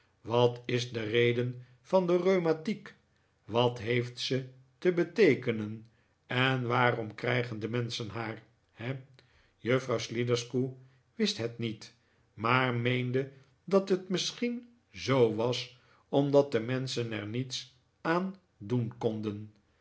wat is de reden van de rheumatiek wat heeft ze te beteekenen en waarom krijgen de menschen haar he juffrouw sliderskew wist het niet maar meende dat het misschien zoo was omdat de menschen er niets aan doen konden